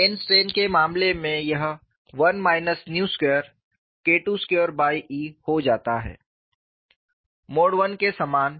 plane strain के मामले में यह KII2E हो जाता है मोड I के समान